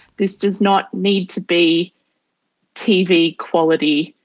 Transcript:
this does not need to be tv quality.